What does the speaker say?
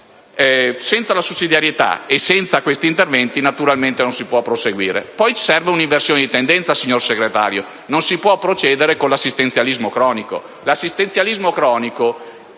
Senza la sussidiarietà e senza gli interventi menzionati naturalmente non si può proseguire. Poi serve un'inversione di tendenza, signora Vice Ministro: non si può procedere con l'assistenzialismo cronico.